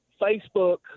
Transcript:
Facebook